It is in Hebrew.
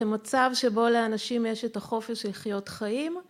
במצב שבו לאנשים יש את החופש לחיות חיים